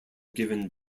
given